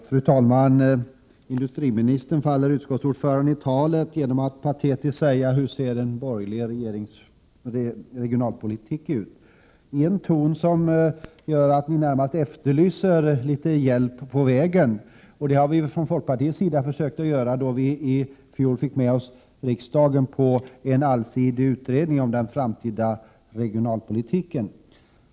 Fru talman! Industriministern faller utskottsordföranden i talet genom att patetiskt fråga: Hur ser den borgerliga regionalpolitiken ut? Detta sker i en ton som närmast efterlyser litet hjälp på vägen. Vi har från folkpartiets sida försökt hjälpa till genom att vi i fjol fick med oss riksdagen i förslaget om en allsidig utredning om den framtida regionalpolitiken.